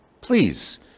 Please